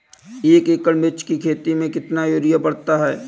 एक एकड़ मिर्च की खेती में कितना यूरिया पड़ता है?